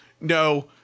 no